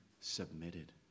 submitted